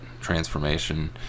transformation